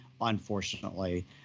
unfortunately